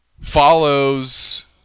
follows